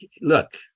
Look